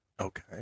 Okay